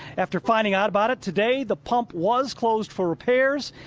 after finding out about it, today the pump was closed for repairs.